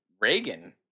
Reagan